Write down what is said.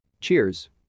Cheers